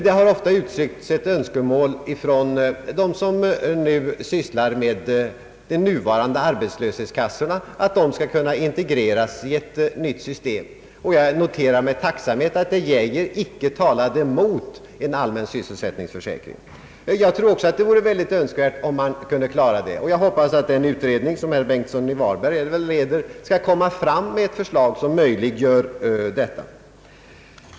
Det har för det första ofta uttryckts önskemål från dem som nu sysslar med de nuvarande arbetslöshetskassorna att dessa skall få integreras i ett nytt system. Jag noterar med tacksamhet att herr Geijer icke talade emot en allmän sysselsättningsförsäkring. Det vore också enligt min mening önskvärt om man kunde i en sådan foga in de nuvarande kassorna. Jag hoppas att den utredning, som herr Bengtsson i Varberg leder, skall komma med ett förslag som möjliggör detta.